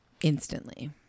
instantly